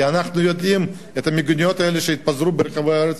כי אנחנו יודעים על המיגוניות שפיזרו ברחבי הארץ.